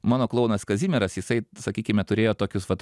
mano klounas kazimieras jisai sakykime turėjo tokius vat